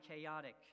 chaotic